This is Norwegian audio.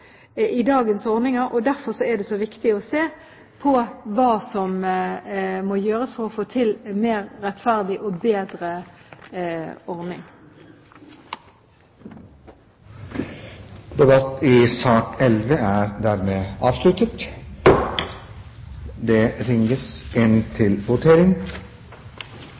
med dagens ordninger. Derfor er det så viktig å se på hva som må gjøres for å få til en mer rettferdig og bedre ordning. Debatten i sak nr. 11 er dermed avsluttet. Stortinget går da til votering.